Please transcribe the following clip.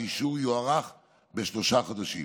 האישור יוארך בשלושה חודשים,